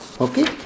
Okay